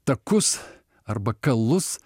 takus arba kalus